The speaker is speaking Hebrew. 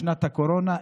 בשנת הקורונה,